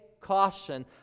caution